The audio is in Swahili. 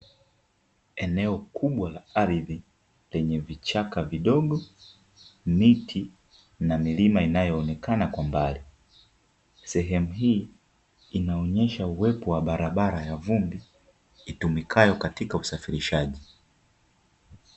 Eneo kubwa la ardhi lenye vichaka vidogo, miti na milima inayoonekana kwa mbali. Sehemu hii inaonyesha uwepo wa barabara ya vumbi itumikayo katika usafirishaji.